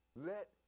Let